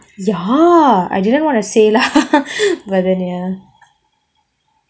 ya I didn't want to say lah but then ya